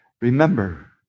remember